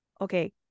okay